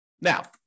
Now